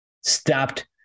stopped